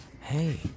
Hey